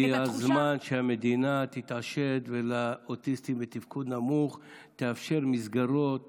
הגיע הזמן שהמדינה תתעשת ולאוטיסטים בתפקיד נמוך תאפשר מסגרות